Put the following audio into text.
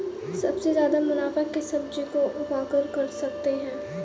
सबसे ज्यादा मुनाफा किस सब्जी को उगाकर कर सकते हैं?